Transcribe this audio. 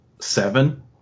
seven